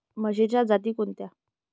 म्हशीच्या जाती कोणत्या?